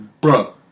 Bro